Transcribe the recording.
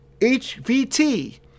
HVT